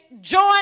join